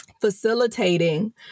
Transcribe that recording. facilitating